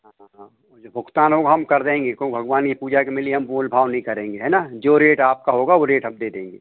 हाँ हाँ हाँ और जो भुगतान हो हम कर देंगे क्यों भगवान की पूजा के मिलिए हम मोल भाव नहीं करेंगे है ना जो रेट आपका होगा वह रेट हम दे देंगे